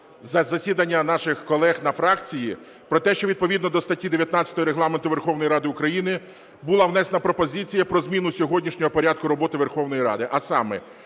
час засідання наших колег на фракції про те, що відповідно до статті 19 Регламенту Верховної Ради України була внесена пропозиція про зміну сьогоднішнього порядку роботи Верховної Ради. А саме: